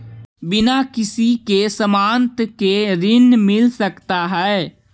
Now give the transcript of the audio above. बिना किसी के ज़मानत के ऋण मिल सकता है?